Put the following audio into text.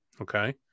Okay